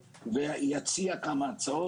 ואציע כמה הצעות.